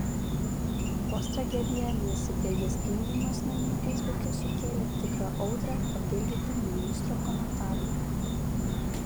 vos tragedija nesibaigęs gimdymas namie feisbuke sukėlė tikrą audrą papildyta ministro komentaru